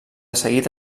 seguida